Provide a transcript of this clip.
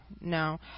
No